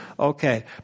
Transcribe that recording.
Okay